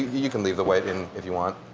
you can leave the white in if you want.